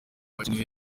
hakenewe